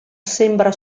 sembra